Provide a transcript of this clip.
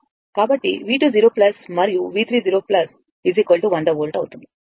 కాబట్టి V2 0 మరియు V30 100 volt అవుతుంది